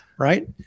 Right